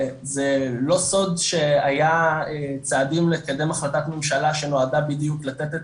זה לא סוד שהיה צעדים לקדם החלטת ממשלה שנועדה בדיוק לתת את